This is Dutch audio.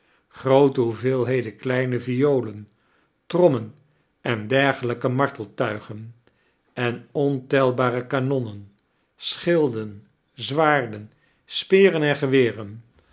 goote hoeveelheden kleane violen trommen en dergelijke marteltuigen en ontelbare kanonnen schildea zwaarden speren en geweren